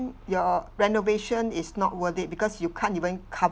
your renovation is not worth it because you can't even cover